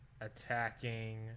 attacking